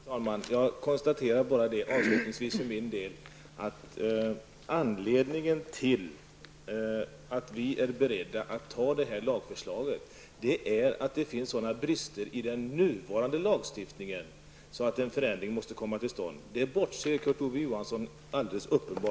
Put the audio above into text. Fru talman! Jag konstaterar bara, avslutningsvis för min del, att anledningen till att vi är beredda att anta det här lagförslaget är att det finns sådana brister i den nuvarande lagstiftningen att en förändring måste komma till stånd. Det bortser